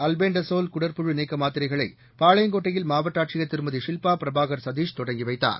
albendazole குடற்புழு நீக்க மாத்திரைகளை பாளையங்கோட்டையில் மாவட்ட ஆட்சியர் திருமதி ஷில்பா பிரபாகர் சதீஷ் தொடங்கி வைத்தார்